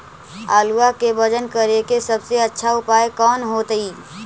आलुआ के वजन करेके सबसे अच्छा उपाय कौन होतई?